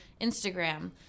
Instagram